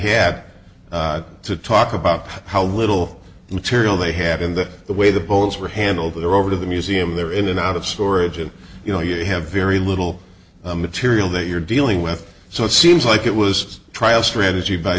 had to talk about how little material they had and that the way the polls were hand over there over to the museum they were in and out of storage and you know you have very little material that you're dealing with so it seems like it was trial strategy by